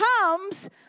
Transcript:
comes